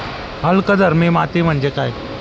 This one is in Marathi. अल्कधर्मी माती म्हणजे काय?